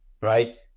right